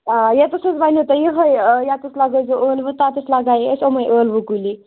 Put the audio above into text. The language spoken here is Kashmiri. آ ییٚتیٚتھ حظ ؤنیٚو تۄہہِ یِہےَ ییٚتیٚتھ لگٲے زِ ٲلوٕ تَتیٚتھ لَگایَے اسہِ یِمے ٲلوٕ کُلی